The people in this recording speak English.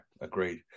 agreed